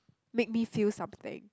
make me feel something